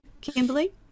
Kimberly